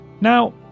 Now